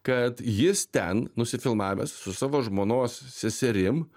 kad jis ten nusifilmavęs su savo žmonos seserim